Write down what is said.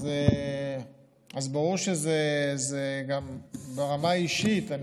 אז ברור שזה גם ברמה האישית.